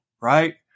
right